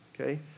okay